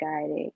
guided